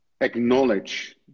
acknowledge